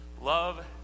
love